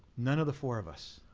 none of the four of us.